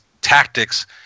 tactics